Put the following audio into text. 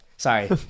Sorry